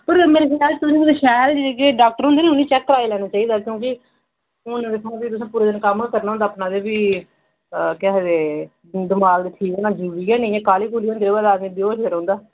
तुसें जेह्के शैल डाक्टर होंदे नेई उ'नेंगी चेक करवाई लैना चाहिदा क्योकिं हून फ्ही तुसें पूरा दिन कम्म गै करना होंदा अपना फ्ही के आखदे दमाक दा ठीक होना जरूरी ऐ नी इ'या क्हाली होंदी ते बदां बेहोश गै रौंह्दा